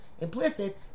implicit